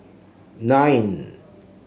nine